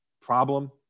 problem